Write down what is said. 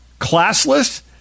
classless